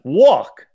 walk